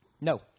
No